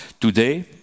Today